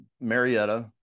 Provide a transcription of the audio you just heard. marietta